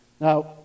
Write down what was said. Now